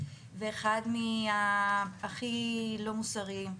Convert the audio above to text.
ואחד מהכי לא מוסריים.